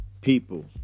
people